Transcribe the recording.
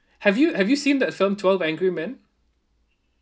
have you have you seen that film twelve angry men